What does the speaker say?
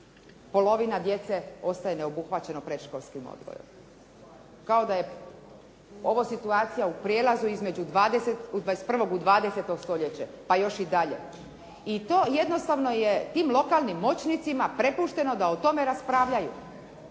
polovina djece ostaje neobuhvaćeno predškolskim odgojem kao da je ovo situacija u prijelazu iz 21. u 20. stoljeće pa još i dalje. I to jednostavno je tim lokalnim moćnicima prepušteno da o tome raspravljaju.